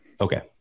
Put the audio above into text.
Okay